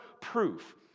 proof